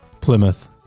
Plymouth